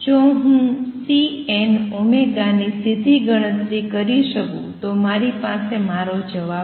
જો હું Cn ની સીધી ગણતરી કરી શકું તો મારી પાસે મારો જવાબ છે